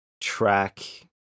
track